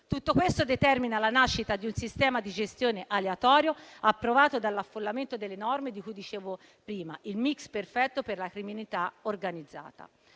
Tutto questo determina la nascita di un sistema di gestione aleatorio approvato dall'affollamento delle norme di cui dicevo prima: il *mix* perfetto per la criminalità organizzata.